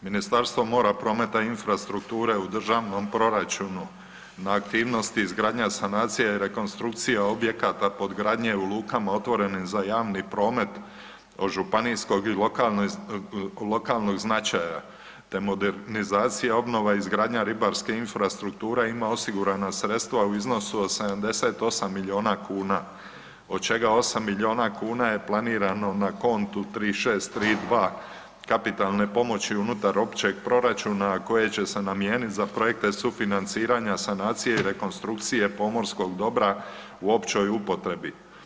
Ministarstvo mora, prometa i infrastrukture u državnom proračunu na aktivnosti izgradnja sanacije i rekonstrukcija objekata podgradnje u lukama otvorenim za javni promet od županijskog i lokalnog značaja, te modernizacija, obnova i izgradnja ribarske infrastrukture ima osigurana sredstva u iznosu od 78 milijuna kuna, od čega 8 milijuna kuna je planirano na kontu 3632 kapitalne pomoći unutar općeg proračuna, a koje će se namijenit za projekte sufinanciranja, sanacije i rekonstrukcije pomorskog dobra u općoj upotrebi.